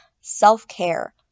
Self-care